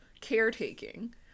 caretaking